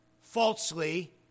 falsely